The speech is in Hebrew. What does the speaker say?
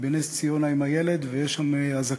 היא בנס-ציונה עם הילד ויש שם אזעקה.